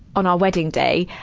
on our wedding day,